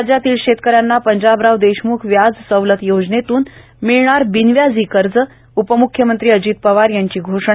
राज्यातील शेतकऱ्यांना पंजाबराव देशम्ख व्याज सवलत योजनेतून मिळणार बिनव्याजी कर्ज उपमुख्यमंत्री अजित पवार यांची घोषणा